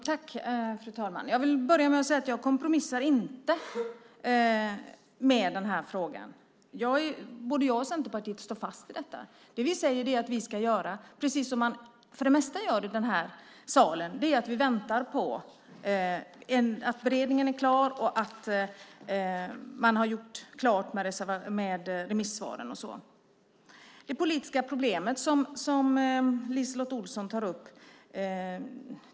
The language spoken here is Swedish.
Fru talman! Jag vill börja med att säga att jag inte kompromissar i denna fråga. Både jag och Centerpartiet står fast vid detta. Det vi säger att vi ska göra är att, precis som man för det mesta gör i den här salen, vänta på att beredningen är klar och att man är klar med remissvaren. LiseLotte Olsson talar om ett politiskt problem.